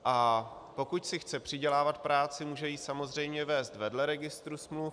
A pokud si chce přidělávat práci, může ji samozřejmě vést vedle Registru smluv.